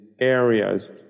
areas